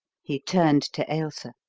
he turned to ailsa.